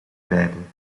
bijbel